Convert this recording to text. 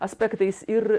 aspektais ir